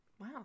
Wow